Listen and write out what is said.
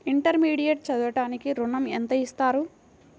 Intermediate చదవడానికి ఋణం ఎంత ఇస్తారు?